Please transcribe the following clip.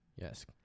Yes